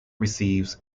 receives